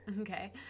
Okay